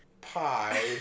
pie